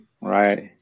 Right